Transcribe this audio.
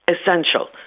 essential